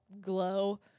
glow